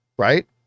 right